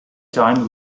time